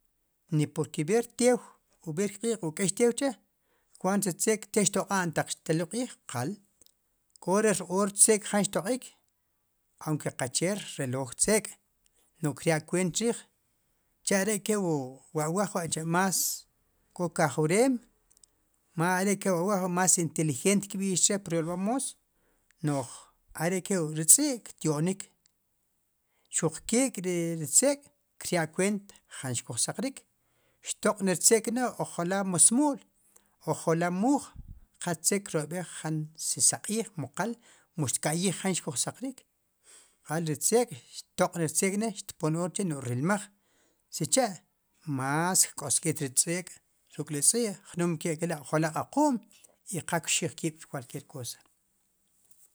Ni porque ver tew o ver kq'iq' o k'ex tew chre' cuant ri tzeek' te xtoq'an taq xtelul q'ij qal k'o ri r-oor tzeek' jan xtoq'ik aunke qache rreloj tzeek' nu'j kir ya' kuent chriij cha are' ke wu awaj mas k'o kajwrem ma are' ke wu awaj wa' mas inteligente kb'ixch pir yolb'al moos nuj are' ke wu ri tz'i' ktio'nik xuk ke k'ritzeek' kir ya' kuent jan xkuj saqrik xtoq' niri tzeek' ojala musmu'l ojala' muuj qa tzeek' kiroyb'ej jan si saq'iij mu qal mu xtka'yij jan xkujsaqrik qa ri tzeek' xtoq' ri tzeek' ne xtpon or chre' nu'j rilmaj sicha mas kk'osk'it ri tzeek' ruk' li tz'i' jnum ke'lkila' ojala equm i qa kxij kiib' por cualquier cosa